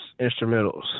instrumentals